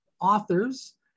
authors